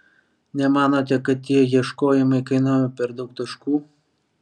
nemanote kad tie ieškojimai kainavo per daug taškų